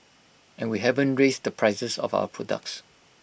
and we haven't raised the prices of our products